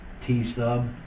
t-sub